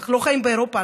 אנחנו לא חיים באירופה,